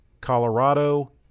Colorado